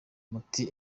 muti